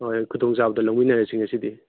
ꯍꯣꯏ ꯈꯨꯗꯣꯡ ꯆꯥꯕꯗꯣ ꯂꯧꯃꯤꯟꯅꯔꯁꯤ ꯉꯁꯤꯗꯤ